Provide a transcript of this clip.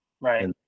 right